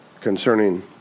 concerning